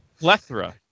Lethra